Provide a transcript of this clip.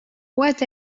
what